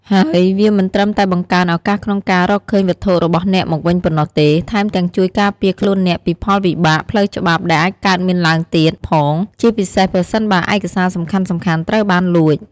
ហើយវាមិនត្រឹមតែបង្កើនឱកាសក្នុងការរកឃើញវត្ថុរបស់អ្នកមកវិញប៉ុណ្ណោះទេ ថែមទាំងជួយការពារខ្លួនអ្នកពីផលវិបាកផ្លូវច្បាប់ដែលអាចកើតមានទៀតផង ជាពិសេសប្រសិនបើឯកសារសំខាន់ៗត្រូវបានលួច។